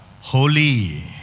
holy